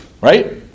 Right